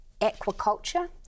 aquaculture